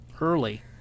early